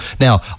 Now